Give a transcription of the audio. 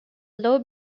low